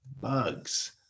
bugs